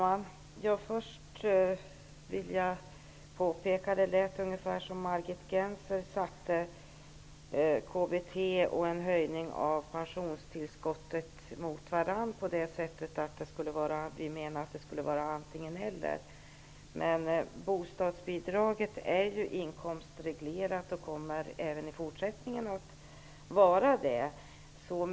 Fru talman! Först vill jag påpeka en sak. Det lät som om Margit Gennser satte KBT och en höjning av pensionstillskottet mot varandra och att vi skulle mena att det skulle vara antingen eller. Men bostadsbidraget är ju inkomstreglerat och kommer att vara det även i fortsättningen.